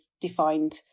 defined